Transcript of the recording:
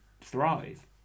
thrive